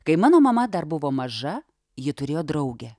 kai mano mama dar buvo maža ji turėjo draugę